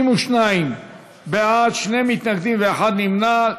62 בעד, שני מתנגדים ואחד נמנע.